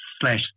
slash